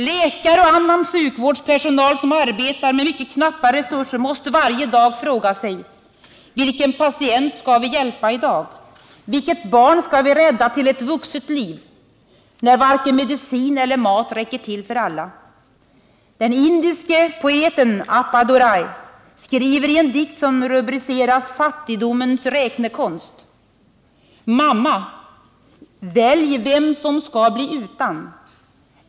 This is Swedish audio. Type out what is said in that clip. Läkare och annan sjukvårdspersonal som arbetar med mycket knappa resurser måste varje dag fråga sig: Vilken patient skall vi hjälpa i dag, vilket barn skall vi rädda till ett vuxet liv, när varken medicin eller mat räcker till alla? Den indiske poeten Appdurai skriver i en dikt som rubriceras Fattigdomens räknekonst: ”Mamma, välj vem som skall bli utan.